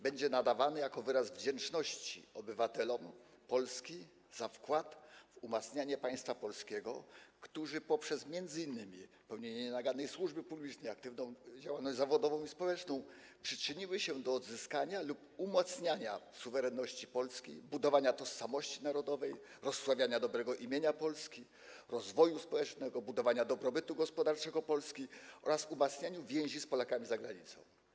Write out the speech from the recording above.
Będzie ono nadawane jako wyraz wdzięczności Polski za wkład w umacnianie państwa polskiego obywatelom, którzy poprzez m.in. pełnienie nienagannej służby publicznej, aktywną działalność zawodową i społeczną przyczynili się do odzyskania lub umacniania suwerenności Polski, budowania tożsamości narodowej, rozsławiania dobrego imienia Polski, rozwoju społecznego, budowania dobrobytu gospodarczego Polski oraz umacniania więzi z Polakami za granicą.